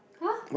!huh!